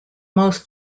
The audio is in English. most